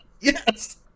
yes